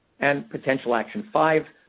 and potential action five,